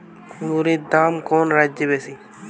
কুঁদরীর দাম কোন রাজ্যে বেশি?